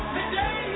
Today